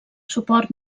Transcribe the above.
suport